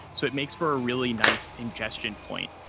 so it makes for really nice ingestion point.